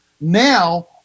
now